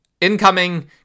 incoming